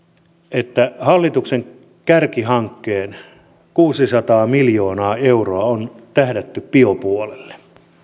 että hallituksen kärkihankkeen kuusisataa miljoonaa euroa on tähdätty biopuolelle